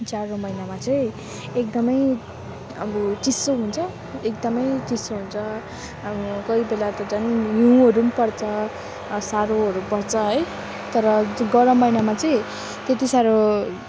जाडो महिनामा चाहिँ एकदमै अब चिसो हुन्छ एकदमै चिसो हुन्छ अब कोही बेला त झन् हिउँहरू पनि पर्छ साह्रोहरू पर्छ है तर त्यो गरम महिनामा चाहिँ त्यति साह्रो